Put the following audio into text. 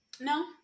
No